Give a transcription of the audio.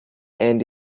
and